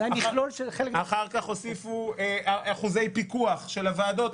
אחר כך הוסיפו אחוזי פיקוח על הוועדות.